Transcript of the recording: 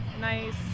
nice